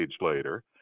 later